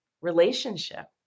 relationship